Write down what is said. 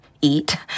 eat